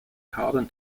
carbon